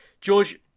George